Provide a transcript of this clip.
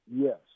Yes